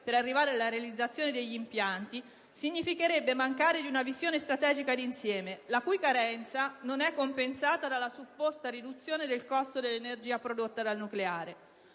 per arrivare alla realizzazione degli impianti, significherebbe mancare di una visione strategica d'insieme, la cui carenza non è compensata dalla supposta riduzione del costo dell'energia prodotta dal nucleare.